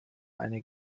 eine